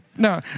No